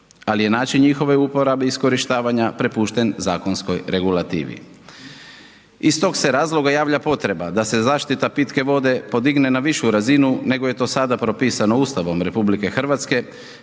ali je način njihove uporabe iskorištavanja prepušten zakonskoj regulativi. Iz tog se razloga javlja potreba da se zaštita pitke vode podigne na višu razinu nego je to sada propisano Ustavom RH,